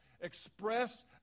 express